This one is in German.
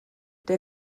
der